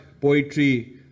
poetry